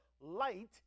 light